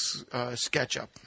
SketchUp